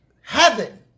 Heaven